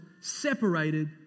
separated